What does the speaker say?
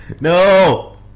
No